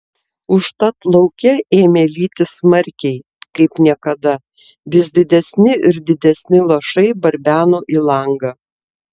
užtat lauke ėmė lyti smarkiai kaip niekada vis didesni ir didesni lašai barbeno į langą